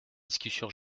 discussion